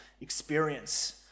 experience